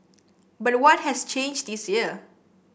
but what has changed this year